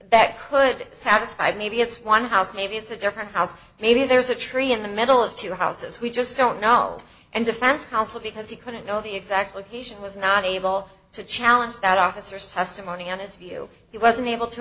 that could satisfy maybe it's one house maybe it's a different house maybe there's a tree in the middle of two houses we just don't know and defense counsel because he couldn't know the exact location was not able to challenge that officer's testimony on his view he wasn't able to